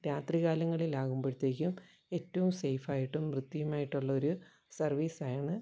രാത്രികാലങ്ങളിൽ ആകുമ്പോഴത്തേക്കും ഏറ്റവും സേഫായിട്ടും വൃത്തിയുമായിട്ടുള്ള ഒരു സർവ്വീസാണ്